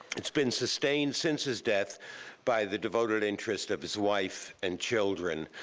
it's been sustained since his death by the devoted interest of his wife and children.